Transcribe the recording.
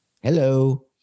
Hello